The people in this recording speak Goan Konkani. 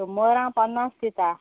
शोमोरा पन्नास दिता